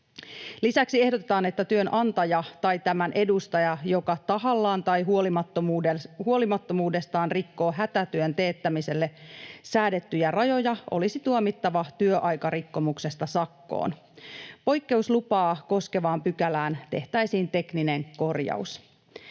Lisäksi ehdotetaan, että työnantaja tai tämän edustaja, joka tahallaan tai huolimattomuudellaan rikkoo hätätyön teettämiselle säädettyjä rajoja, olisi tuomittava työaikarikkomuksesta sakkoon. Poikkeuslupaa koskevaan pykälään tehtäisiin tekninen korjaus.